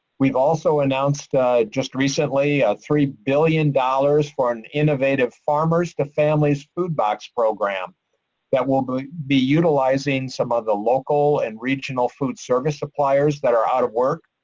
we've also announced just recently a three billion dollars for an innovative farmers to families food box program that will be be utilizing some of the local and regional food service suppliers that are out of work